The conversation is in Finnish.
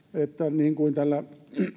niin kuin täällä